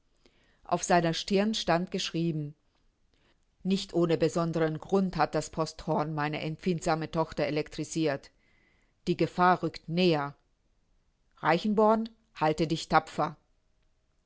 auf seiner stirn stand geschrieben nicht ohne besonderen grund hat das posthorn meine empfindsame tochter electrisirt die gefahr rückt näher reichenborn halte dich tapfer